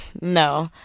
No